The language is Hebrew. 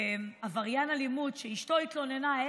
עבריין אלימות שאשתו העזה והתלוננה,